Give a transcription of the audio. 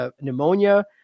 Pneumonia